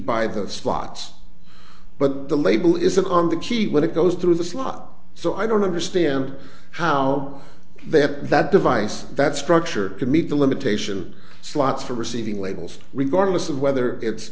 by the slots but the label isn't on the cheap when it goes through the slot so i don't understand how they have that device that structure to meet the limitation slots for receiving labels regardless of whether it's